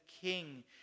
king